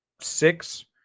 six